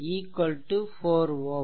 equivalent 612 4 Ω